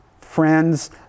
friends